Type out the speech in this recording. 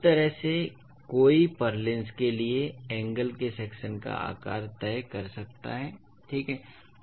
तो इस तरह से कोई पुर्लिन्स के लिए एंगल के सेक्शन का आकार तय कर सकता है ठीक है